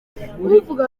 ntibavuga